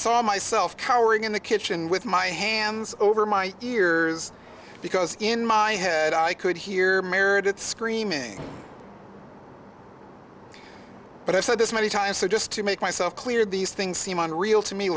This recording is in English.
saw myself cowering in the kitchen with my hands over my ears because in my head i could hear meredith screaming but i said this many times so just to make myself clear these things seem unreal to me